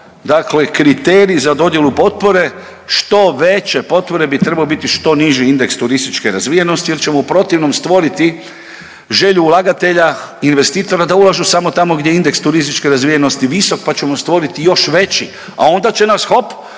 dakle kriterij za dodjelu potpore, što veće potpore bi trebao biti što niži indeks turističke razvijenosti jer ćemo u protivnom stvoriti želju ulagatelja investitora da ulažu samo tamo gdje je indeks turističke razvijenosti visok, pa ćemo stvoriti još veći, a onda će nas hop